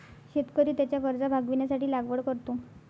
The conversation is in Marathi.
शेतकरी त्याच्या गरजा भागविण्यासाठी लागवड करतो